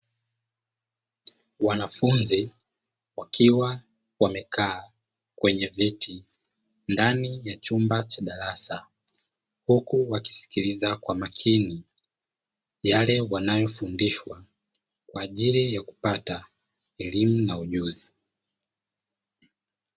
Wanafunzi wakiwa wamekaa kwenye viti ndani ya chumba cha darasa, huku wakisikiliza kwa makini yale wanayofundishwa kwa ajili ya kupata elimu na ujuzi.